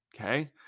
Okay